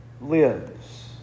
lives